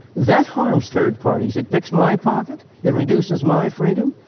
that harms third parties. it picks my pocket. it reduces my freedom.